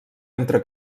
entre